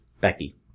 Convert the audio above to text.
Becky